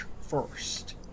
first